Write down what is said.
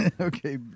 Okay